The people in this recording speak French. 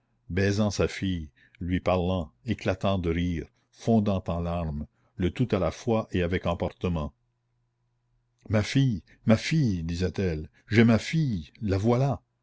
baisant sa fille lui parlant éclatant de rire fondant en larmes le tout à la fois et avec emportement ma fille ma fille disait-elle j'ai ma fille la voilà